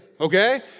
okay